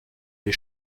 les